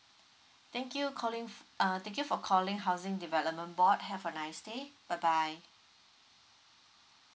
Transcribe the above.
thank you calling f~ uh thank you for calling housing development board have a nice day bye bye